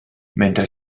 mentre